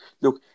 look